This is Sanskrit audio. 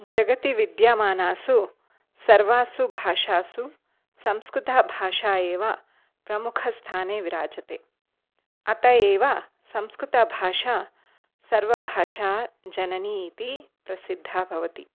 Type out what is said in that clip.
जगति विद्यमानासु सर्वासु भाषासु संस्कृतभाषा एव प्रमुखस्थाने विराजते अत एव संस्कृतभाषा सर्वभाषा जननी इति प्रसिद्धा भवति